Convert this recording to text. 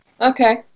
Okay